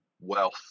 wealth